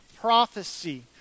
prophecy